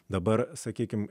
dabar sakykime